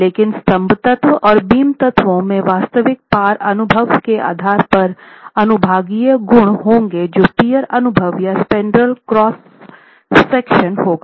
लेकिन स्तंभ तत्व और बीम तत्वों में वास्तविक पार अनुभाग के आधार पर अनुभागीय गुण होंगे जो पियर अनुभाग या स्पैन्ड्रेल क्रॉस सेक्शन होगा